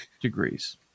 degrees